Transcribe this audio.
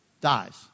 dies